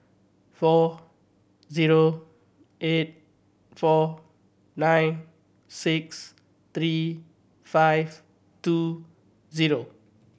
four zero eight four nine six three five two zero